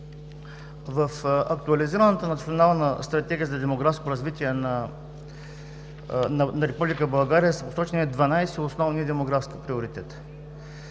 В Актуализираната национална стратегия за демографско развитие на Република България са посочени 12 основни демографски приоритета.